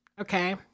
okay